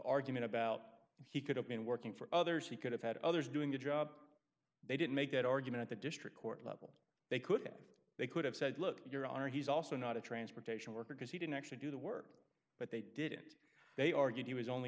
argument about he could have been working for others he could have had others doing the job they didn't make that argument at the district court level they could have they could have said look your honor he's also not a transportation worker because he didn't actually do the work but they did it they argued he was only